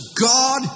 God